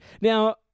Now